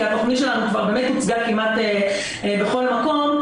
התוכנית שלנו כבר באמת הוצגה כמעט בכל מקום.